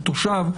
של תושב,